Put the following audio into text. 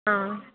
ಹಾಂ